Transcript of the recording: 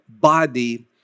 body